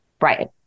Right